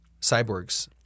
cyborgs